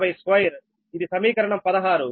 ఇది సమీకరణం 16